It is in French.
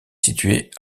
situé